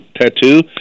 tattoo